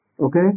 Okay